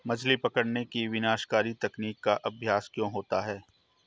मछली पकड़ने की विनाशकारी तकनीक का अभ्यास क्यों होता है?